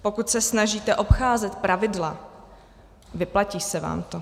Pokud se snažíte obcházet pravidla, vyplatí se vám to.